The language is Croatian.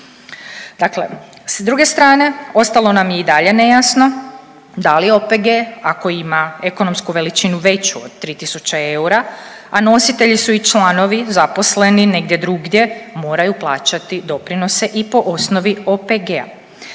Dakle s druge strane ostalo nam je i dalje nejasno da li OPG ako ima ekonomsku veličinu veću od 3.000 eura, a nositelji su i članovi zaposleni negdje drugdje moraju plaćati doprinose i po osnovi OPG-a.